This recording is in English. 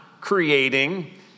creating